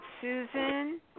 Susan